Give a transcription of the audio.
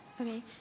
Okay